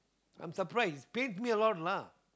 I'm surprised pains me a lot lah